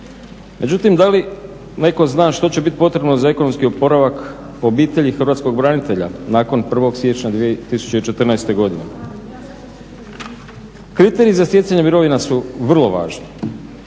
Međutim, da li netko zna što će biti potrebno za ekonomski oporavak obitelji hrvatskog branitelja nakon 1.siječnja 2014.godine. Kriteriji za stjecanje mirovina su vrlo važni.